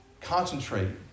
concentrate